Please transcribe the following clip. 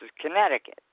Connecticut